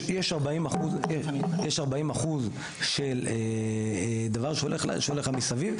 אז יש ארבעים אחוז של דבר שהולך למסביב.